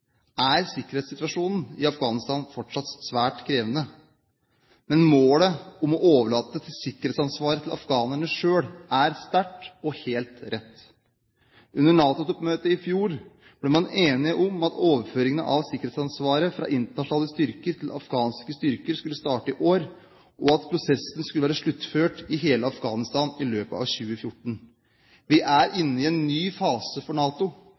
er sikkerhetssituasjonen i Afghanistan fortsatt svært krevende. Men målet om å overlate sikkerhetsansvaret til afghanerne selv er sterkt og helt rett. Under NATO-toppmøtet i fjor ble man enig om at overføringen av sikkerhetsansvaret fra internasjonale styrker til afghanske styrker skulle starte i år, og at prosessen skulle være sluttført i hele Afghanistan i løpet av 2014. Vi er inne i en ny fase for NATO.